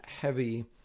heavy